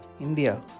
India